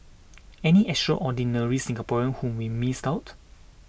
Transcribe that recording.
any extraordinary Singaporeans whom we missed out